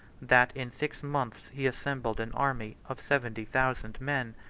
that in six months he assembled an army of seventy thousand men,